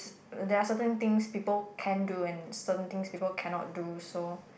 there are certain things people can do and certain things people cannot do so